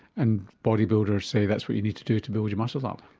and body builders say that's what you need to do to build your muscles up.